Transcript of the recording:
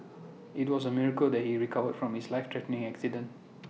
IT was A miracle that he recovered from his life threatening accident